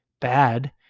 bad